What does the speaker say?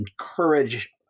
encourage